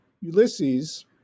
Ulysses